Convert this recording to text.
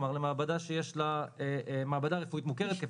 כלומר למעבדה רפואית מוכרת.